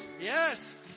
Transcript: Yes